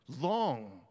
long